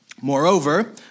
Moreover